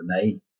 remain